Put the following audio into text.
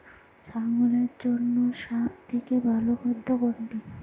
ছাগলের জন্য সব থেকে ভালো খাদ্য কোনটি?